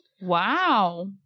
Wow